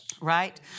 Right